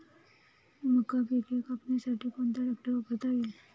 मका पिके कापण्यासाठी कोणता ट्रॅक्टर वापरता येईल?